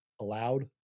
allowed